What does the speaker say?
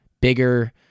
bigger